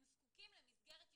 הם זקוקים למסגרת ייחודית,